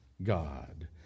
God